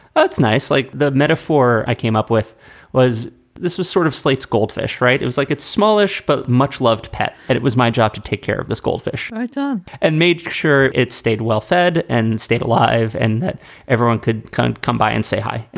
that's nice. like the metaphore i came up with was this was sort of slate's goldfish, right? it was like it's smallish, but much loved pet. and it was my job to take care of this goldfish um and made sure it stayed well-fed and stayed alive and that everyone could come come by and say hi.